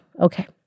okay